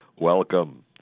Welcome